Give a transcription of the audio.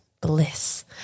Bliss